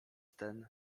ten